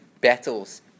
battles